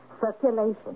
circulation